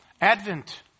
advent